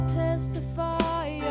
testify